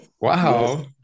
Wow